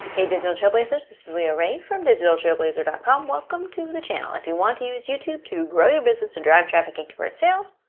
hey digital trailblazers this is leah rae from digitaltrailblazer com. welcome to the channel. if you want to use youtube to grow your business, to drive traffic and convert sales,